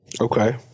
Okay